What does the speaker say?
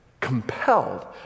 compelled